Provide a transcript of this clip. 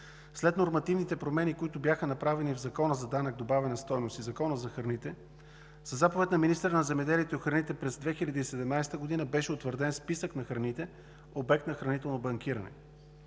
след нормативните промени, които бяха направени в Закона за данък добавена стойност и Закона за храните, със заповед на министъра на земеделието и храните през 2017 г. беше утвърден списък на храните – обект на хранително банкиране.